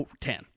ten